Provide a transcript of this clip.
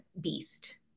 beast